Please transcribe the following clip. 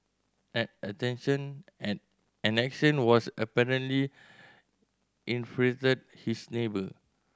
an attention an action was apparently infuriated his neighbor